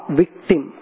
victim